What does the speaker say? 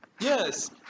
Yes